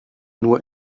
nur